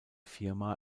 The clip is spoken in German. firma